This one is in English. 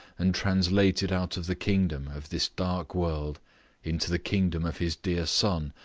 and translated out of the kingdom of this dark world into the kingdom of his dear son,